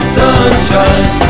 sunshine